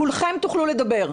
כולכם תוכלו לדבר,